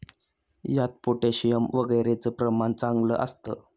यात पोटॅशियम वगैरेचं प्रमाण चांगलं असतं